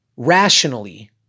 rationally